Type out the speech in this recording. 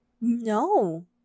No